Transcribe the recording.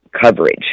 coverage